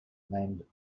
named